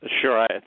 Sure